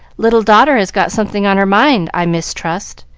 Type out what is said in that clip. little daughter has got something on her mind, i mistrust.